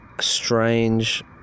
strange